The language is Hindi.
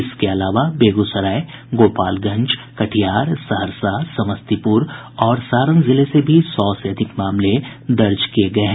इसके अलावा बेगूसराय गोपालगंज कटिहार सहरसा समस्तीपुर और सारण जिले से भी सौ से अधिक मामले दर्ज किये गये हैं